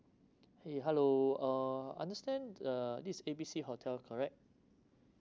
hey halo uh understand uh this A B C hotel correct